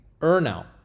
earnout